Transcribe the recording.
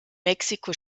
mexiko